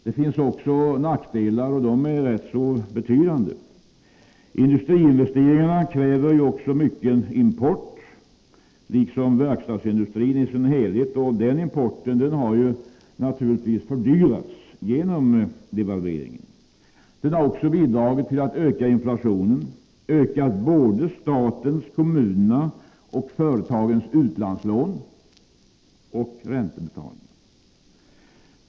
Det finns också nackdelar, och de är rätt betydande. Industriinvesteringarna kräver mycken import, liksom verkstadsindustrin i sin helhet, och den importen har naturligtvis fördyrats genom devalveringen, som också har bidragit till att öka inflationen, öka både statens, kommunernas och företagens utlandslån och räntebetalningar.